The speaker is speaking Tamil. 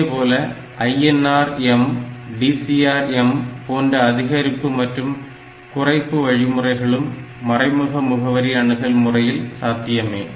இதைப்போல INR M DCR M போன்ற அதிகரிப்பு மற்றும் குறைப்பு வழிமுறைகளும் மறைமுக முகவரி அணுகல் முறையில் சாத்தியமே